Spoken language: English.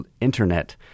internet